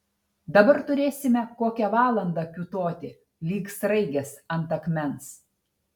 dabar turėsime kokią valandą kiūtoti lyg sraigės ant akmens